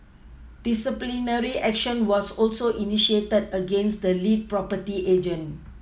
disciplinary action was also initiated against the lead property agent